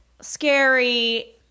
scary